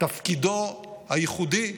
תפקידו הייחודי,